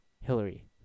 Hillary